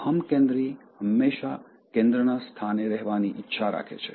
અહંકેન્દ્રી હંમેશા કેન્દ્રના સ્થાને રહેવાની ઇચ્છા રાખે છે